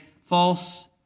false